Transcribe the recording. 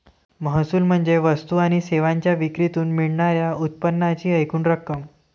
महसूल म्हणजे वस्तू आणि सेवांच्या विक्रीतून मिळणार्या उत्पन्नाची एकूण रक्कम